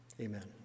amen